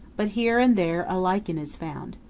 but here and there a lichen is found.